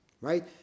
right